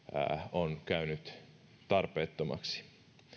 on käynyt tarpeettomaksi